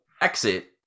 exit